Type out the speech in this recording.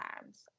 times